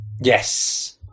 Yes